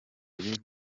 mubiri